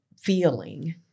feeling